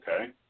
okay